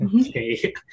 Okay